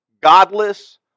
godless